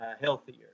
healthier